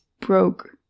broke